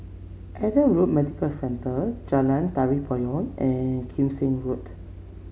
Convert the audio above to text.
Adam Road Medical Centre Jalan Tari Payong and Kim Seng Road